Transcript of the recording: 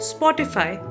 Spotify